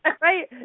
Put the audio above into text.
Right